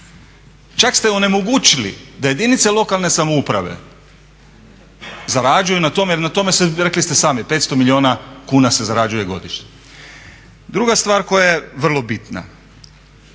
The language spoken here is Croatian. Čak ste onemogućili da jedinice lokalne samouprave zarađuju na tome, jer na tome rekli ste sami 500 milijuna kuna se zarađuje godišnje. Druga stvar koja je vrlo bitna,